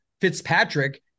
Fitzpatrick